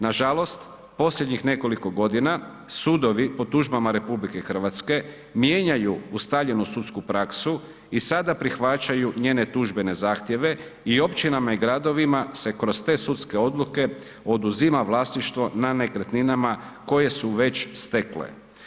Nažalost, posljednjih nekoliko godina sudovi po tužbama RH mijenjaju ustaljenu sudsku praksu i sada prihvaćaju njene tužbene zahtjeve i općinama i gradovima se kroz te sudske odluke oduzima vlasništvo na nekretninama koje su već stekle.